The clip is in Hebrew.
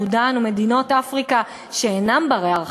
סודאן ומדינות אפריקה שאינם בני-הרחקה.